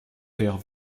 père